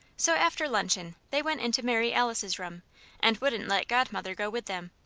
so after luncheon they went into mary alice's room and wouldn't let godmother go with them.